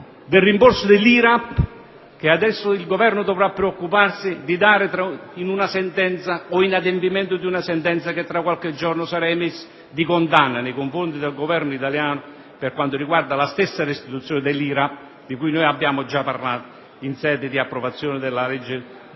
del rimborso dell'IRAP che adesso il Governo dovrà preoccuparsi di dare in adempimento di una sentenza di condanna, che tra qualche giorno sarà emessa nei confronti del Governo italiano, per quanto riguarda la stessa restituzione dell'IRAP, di cui abbiamo già parlato in sede di approvazione della legge